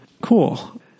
Cool